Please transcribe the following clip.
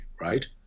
right